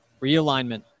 realignment